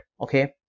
okay